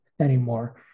anymore